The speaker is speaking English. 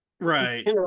Right